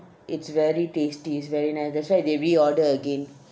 it's very tasty it's very nice that's why they reorder again